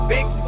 Big